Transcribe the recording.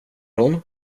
hon